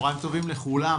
צוהריים טובים לכולם,